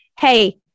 hey